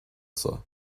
seo